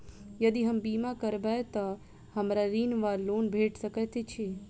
यदि हम बीमा करबै तऽ हमरा ऋण वा लोन भेट सकैत अछि?